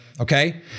okay